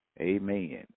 amen